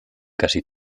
casi